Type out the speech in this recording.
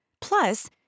Plus